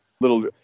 little